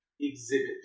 exhibit